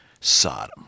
Sodom